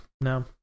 No